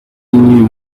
new